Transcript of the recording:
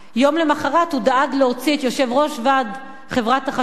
יום למחרת הוא דאג להוציא את יושב-ראש חברת החשמל,